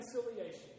reconciliation